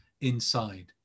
inside